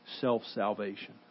self-salvation